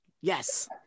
Yes